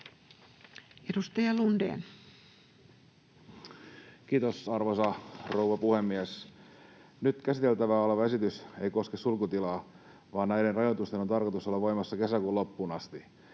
Edustaja Lundén. Kiitos, arvoisa rouva puhemies! Nyt käsiteltävänä oleva esitys ei koske sulkutilaa, vaan näiden rajoitusten on tarkoitus olla voimassa kesäkuun loppuun asti,